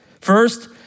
First